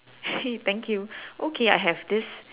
!hey! thank you okay I have this